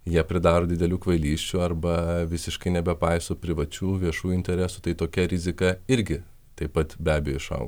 jie pridaro didelių kvailysčių arba visiškai nebepaiso privačių viešų interesų tai tokia rizika irgi taip pat be abejo išauga